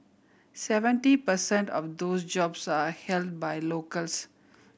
seventy per cent of those jobs are held by locals